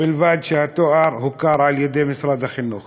ובלבד שהתואר הוכר על-ידי משרד החינוך.